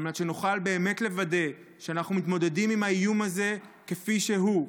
על מנת שנוכל באמת לוודא שאנחנו מתמודדים עם האיום הזה כפי שהוא,